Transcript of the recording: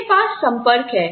मेरे पास संपर्क है